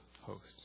hosts